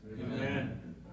amen